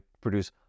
produce